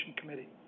Committee